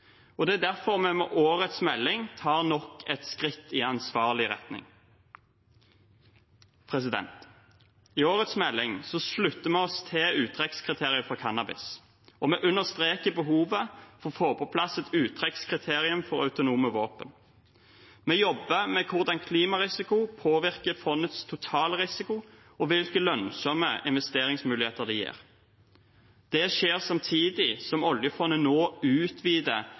og det er derfor vi med årets melding tar nok et skritt i ansvarlig retning. I årets melding slutter vi oss til uttrekkskriteriet for cannabis, og vi understreker behovet for å få på plass et uttrekkskriterium for autonome våpen. Vi jobber med hvordan klimarisiko påvirker fondets totalrisiko, og hvilke lønnsomme investeringsmuligheter det gir. Det skjer samtidig som oljefondet nå utvider